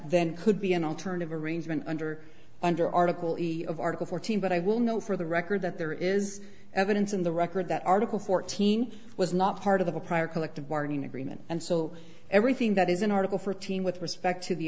then could be an alternative arrangement under under article of article fourteen but i will note for the record that there is evidence in the record that article fourteen was not part of the prior collective bargaining agreement and so everything that is an article for team with respect to the